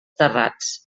terrats